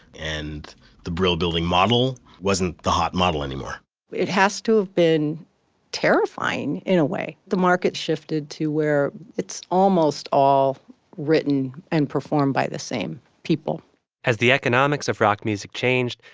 and the brill building model wasn't the hot model anymore it has to have been terrifying in a way. the market shifted to where it's almost all written and performed by the same people as the economics of rock music changed,